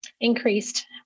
increased